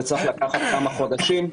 זה צריך לקחת כמה חודשים.